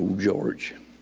george. and